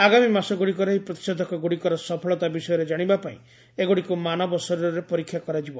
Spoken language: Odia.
ଆଗାମୀ ମାସଗୁଡ଼ିକରେ ଏହି ପ୍ରତିଷେଧକଗୁଡ଼ିକର ସଫଳତା ବିଷୟରେ କାଶିବା ପାଇଁ ଏଗୁଡ଼ିକୁ ମାନବ ଶରୀରରେ ପରୀକ୍ଷା କରାଯିବ